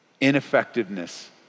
ineffectiveness